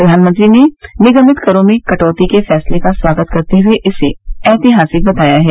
प्रधानमंत्री ने निगमित करों में कटौती के फैसले का स्वागत करते हुए इसे ऐहतिहासिक बताया है